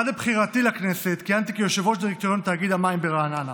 עד לבחירתי לכנסת כיהנתי כיושב-ראש דירקטוריון תאגיד המים ברעננה.